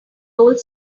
old